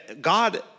God